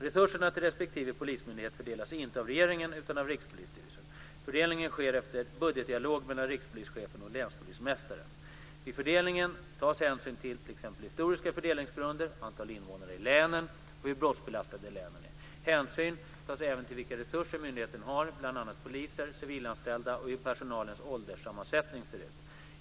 Resurserna till respektive polismyndighet fördelas inte av regeringen, utan av Rikspolisstyrelsen. Fördelningen sker efter budgetdialog mellan rikspolischefen och länspolismästaren. Vid fördelningen tas hänsyn till t.ex. historiska fördelningsgrunder, antal invånare i länen och hur brottsbelastade länen är. Hänsyn tas även till vilka resurser myndigheten har, bl.a. avseende poliser och civilanställda och hur personalens ålderssammansättning ser ut.